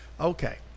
Okay